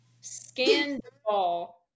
Scandal